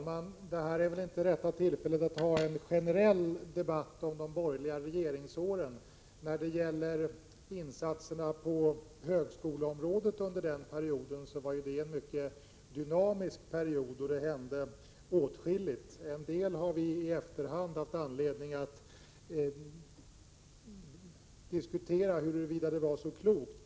Fru talman! Detta är inte rätt tillfälle att ha en generell debatt om de borgerliga regeringsåren. När det gäller insatserna på högskoleområdet under den borgerliga perioden vill jag framhålla att det var ett mycket dynamiskt skede då det hände åtskilligt. Betröffande en del har vi i efterhand haft anledning att diskutera huruvida det var så klokt.